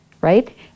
right